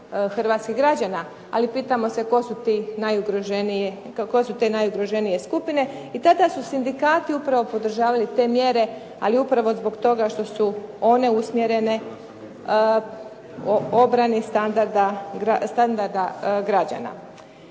hrvatskih građana. Ali pitamo se tko su te najugroženije skupine. I tada su sindikati upravo podržavali te mjere ali upravo zbog toga što su one usmjerene obrani standarda građana.